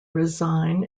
resign